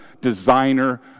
designer